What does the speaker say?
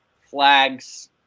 flags